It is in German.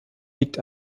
liegt